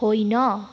होइन